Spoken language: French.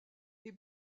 est